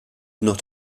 not